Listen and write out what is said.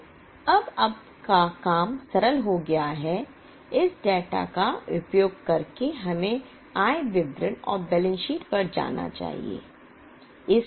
तो अब आपका काम सरल हो जाएगा इस डेटा का उपयोग करके हमें आय विवरण और बैलेंस शीट पर जाना चाहिए